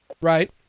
Right